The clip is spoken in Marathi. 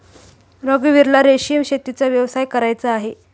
रघुवीरला रेशीम शेतीचा व्यवसाय करायचा आहे